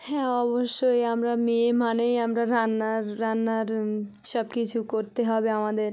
হ্যাঁ অবশ্যই আমরা মেয়ে মানেই আমরা রান্নার রান্নার সবকিছু করতে হবে আমাদের